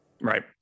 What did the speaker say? Right